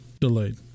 delayed